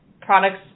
products